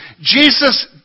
Jesus